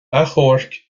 achomhairc